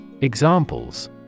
Examples